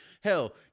Hell